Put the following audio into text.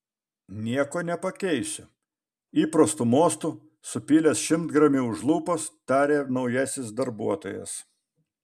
nieko nepakeisiu įprastu mostu supylęs šimtgramį už lūpos tarė naujasis darbuotojas